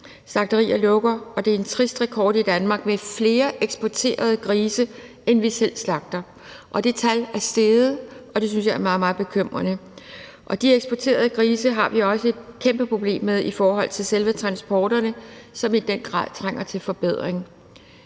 Slagterier lukker, og vi har en trist rekord i Danmark med flere eksporterede grise, end vi selv slagter. Det tal er steget, og det synes jeg er meget, meget bekymrende. Og de eksporterede grise har vi også et kæmpe problem med i forhold til selve transporterne, som i den grad trænger til forbedring.